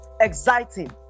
exciting